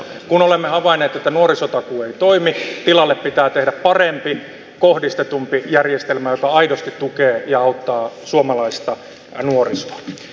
kun olemme havainneet että nuorisotakuu ei toimi tilalle pitää tehdä parempi kohdistetumpi järjestelmä joka aidosti tukee ja auttaa suomalaista nuorisoa